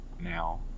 now